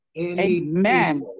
Amen